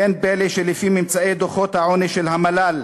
אין פלא שלפי ממצאי דוחות העוני של המל"ל,